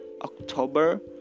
October